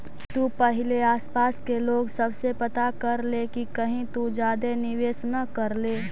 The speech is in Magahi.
तु पहिले आसपास के लोग सब से पता कर ले कि कहीं तु ज्यादे निवेश न कर ले